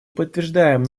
подтверждаем